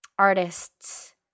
artists